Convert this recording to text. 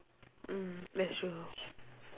mm that's true